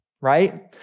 right